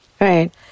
Right